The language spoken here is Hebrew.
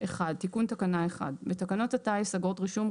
תיקון תקנה 1 בתקנות הטיס (אגרות רישום,